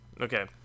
Okay